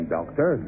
Doctor